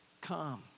Come